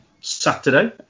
Saturday